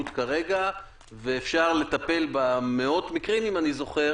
כרגע ואפשר לטפל במאות המקרים אם אני זוכר